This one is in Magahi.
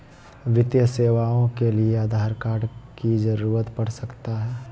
वित्तीय सेवाओं के लिए आधार कार्ड की जरूरत पड़ सकता है?